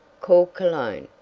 called cologne.